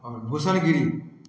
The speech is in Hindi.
और भोसड़ गिरी